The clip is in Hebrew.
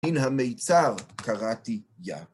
‫מן המיצר קראתי יה.